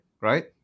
right